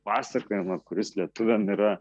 pasakojimą kuris lietuviam yra